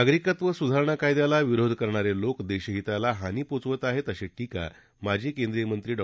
नागरिकत्व सुधारणा कायद्याला विरोध करणारे लोक देशहिताला हानी पोचवत आहेत अशी ीीका माजी केंद्रीय मंत्री डॉ